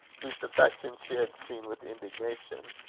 whose defection she had seen with indignation,